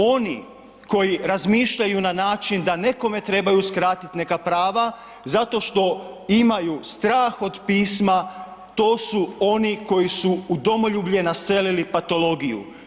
Oni koji razmišljaju na način da nekome trebaju skratiti neka prava zato što imaju strah od pisma to su oni koji su u domoljublje naselili patologiju.